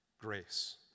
grace